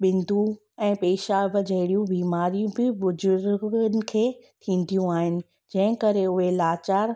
बिंदु ऐं पेशाब जहिड़ियूं बीमारियूं बि बुजुर्गनि खे थींदियूं आहिनि जंहिं करे उए लाचार